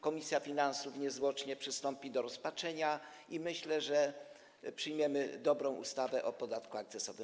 Komisja finansów niezwłocznie przystąpi do ich rozpatrzenia i myślę, że przyjmiemy dobrą ustawę o podatku akcyzowym.